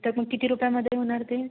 तर मग किती रुपयामध्ये होणार ते